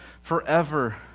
forever